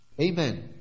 Amen